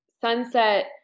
sunset